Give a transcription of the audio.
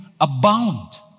abound